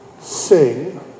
sing